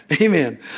Amen